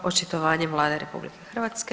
Očitovanje Vlade RH.